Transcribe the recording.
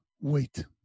wait